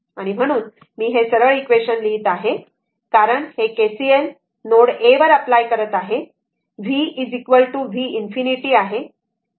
म्हणून मी हे सरळ इक्वेशन लिहित आहे बरोबर कारण हे KCL नोड A वर अप्लाय करत आहे v v ∞ आहे